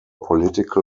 political